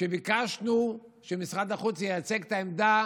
וביקשנו שמשרד החוץ ייצג את העמדה,